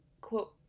quote